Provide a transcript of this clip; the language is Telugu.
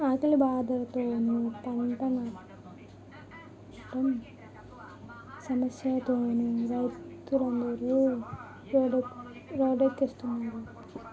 ఆకలి బాధలతోనూ, పంటనట్టం సమస్యలతోనూ రైతులందరు రోడ్డెక్కుస్తున్నారు